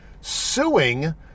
suing